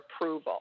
approval